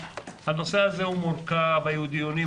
הנושא הזה מורכב, היו הרבה דיונים,